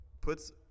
puts